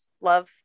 Love